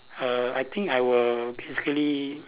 err I think I will basically